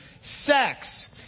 sex